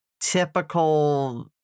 typical